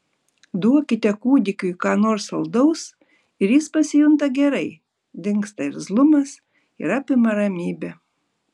duokite kūdikiui ką nors saldaus ir jis pasijunta gerai dingsta irzlumas ir apima ramybė